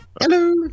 Hello